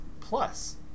plus